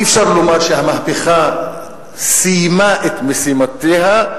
אי-אפשר לומר שהמהפכה סיימה את משימותיה,